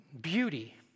beauty